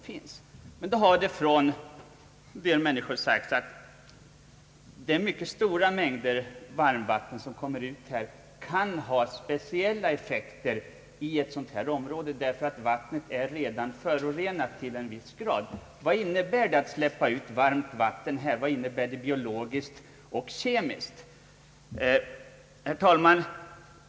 Från en del håll har det sagts att de mycket stora mängder varmvatten som släpps ut kan ha speciella effekter i ett sådant område, där vattnet redan är förorenat till en viss grad. Vad innebär det biologiskt och kemiskt att släppa ut varmvatten här? Herr talman!